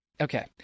okay